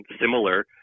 similar